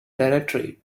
directory